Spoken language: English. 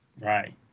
Right